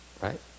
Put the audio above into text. Right